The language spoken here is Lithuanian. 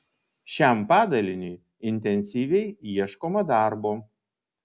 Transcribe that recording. šiam padaliniui intensyviai ieškoma darbo